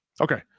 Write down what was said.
okay